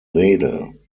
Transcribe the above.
rede